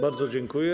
Bardzo dziękuję.